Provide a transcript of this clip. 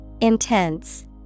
Intense